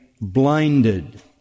blinded